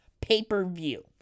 pay-per-view